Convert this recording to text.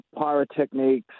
pyrotechnics